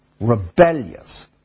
rebellious